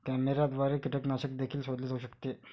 कॅमेऱ्याद्वारे कीटकनाशक देखील शोधले जाऊ शकते